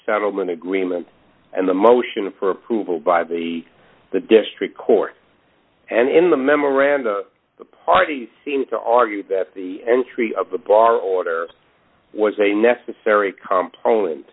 settlement agreement and the motion for approval by the the district court and in the memorandum the parties seem to argue that the entry of the bar order was a necessary comp